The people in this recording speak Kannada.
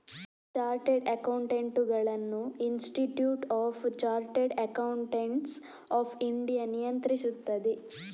ಚಾರ್ಟರ್ಡ್ ಅಕೌಂಟೆಂಟುಗಳನ್ನು institute of chartered accountants of India ನಿಯಂತ್ರಿಸುತ್ತದೆ